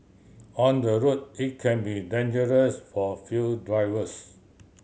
on the road it can be dangerous for few drivers